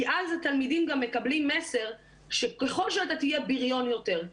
כי אז התלמידים גם מקבלים מסר שככל שאתה תהיה בריון יותר,